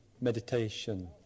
meditation